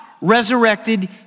resurrected